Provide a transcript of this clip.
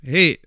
Hey